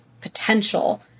potential